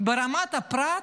ברמת הפרט,